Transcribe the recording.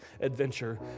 adventure